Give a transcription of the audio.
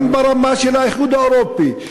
גם ברמה של האיחוד האירופי,